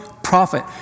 prophet